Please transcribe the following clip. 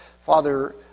Father